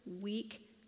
weak